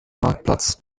marktplatz